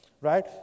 right